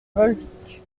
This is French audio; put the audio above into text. volvic